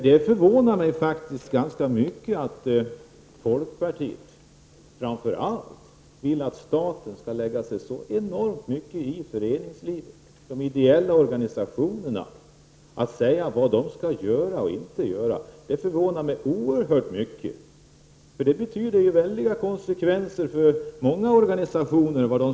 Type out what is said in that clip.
Det förvånar mig faktiskt ganska mycket att folkpartiet vill att staten skall lägga sig så enormt mycket i föreningslivet, säga vad de ideella organisationerna skall göra och inte göra. Det förvånar mig oerhört, för det innebär väldiga konsekvenser för många organisationer.